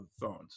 phones